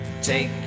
Take